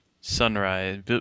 Sunrise